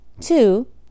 two